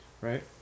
right